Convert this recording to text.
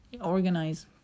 organize